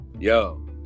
Yo